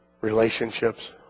relationships